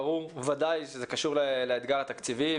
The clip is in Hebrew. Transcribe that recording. ברור ודאי שזה קשור לאתגר התקציבי,